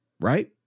Right